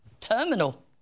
terminal